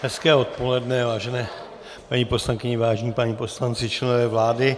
Hezké odpoledne, vážené paní poslankyně, vážení páni poslanci, členové vlády.